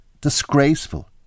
disgraceful